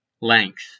Length